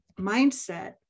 mindset